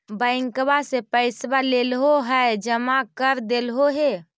बैंकवा से पैसवा लेलहो है जमा कर देलहो हे?